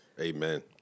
Amen